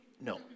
No